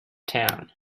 town